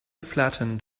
flattened